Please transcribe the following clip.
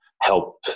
help